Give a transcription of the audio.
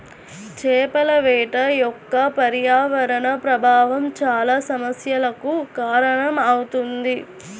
చేపల వేట యొక్క పర్యావరణ ప్రభావం చాలా సమస్యలకు కారణమవుతుంది